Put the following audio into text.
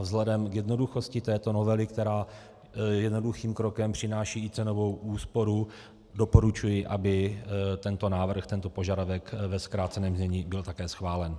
Vzhledem k jednoduchosti této novely, která jednoduchým krokem přináší i cenovou úsporu, doporučuji, aby tento návrh, tento požadavek, ve zkráceném znění byl také schválen.